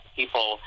people